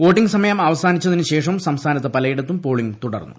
voting സമയം അവസാനിച്ചതിന് ശേഷവും സംസ്ഥാനത്ത് പലയിടത്തും പോളിംഗ് തുടർന്നു